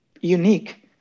unique